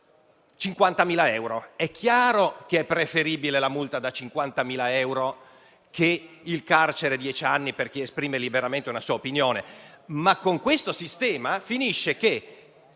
50.000 euro. È chiaro che è preferibile la multa di 50.000 euro al carcere per dieci anni per chi esprime liberamente una sua opinione, ma con questo sistema finisce che